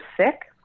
sick